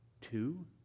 two